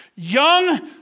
Young